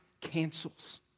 cancels